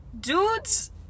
dudes